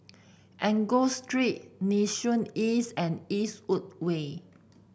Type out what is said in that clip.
Angus Street Nee Soon East and Eastwood Way